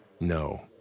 No